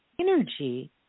energy